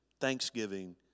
thanksgiving